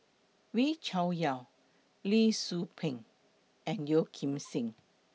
Wee Cho Yaw Lee Tzu Pheng and Yeo Kim Seng